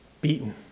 beaten